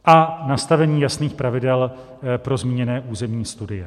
A nastavení jasných pravidel pro zmíněné územní studie.